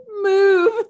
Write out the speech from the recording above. move